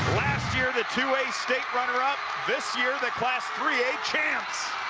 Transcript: last year the two a state runner-up this year the class three a champ!